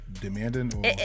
demanding